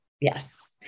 Yes